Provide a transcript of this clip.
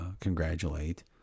congratulate